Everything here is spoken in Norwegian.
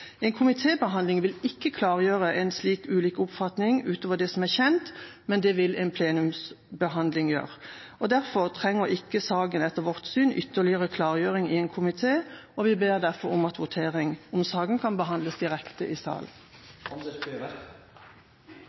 En komitébehandling vil ikke klargjøre en slik ulik oppfatning ut over det som er kjent, men det vil en plenumsbehandling gjøre. Derfor trenger ikke saken etter vårt syn ytterligere klargjøring i en komité, og vi ber derfor om at votering over saken kan behandles direkte i salen.